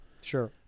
Sure